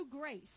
grace